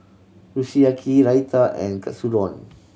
Kushiyaki Raita and Katsudon